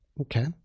Okay